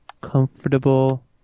comfortable